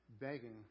begging